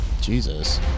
Jesus